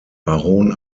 baron